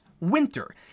Winter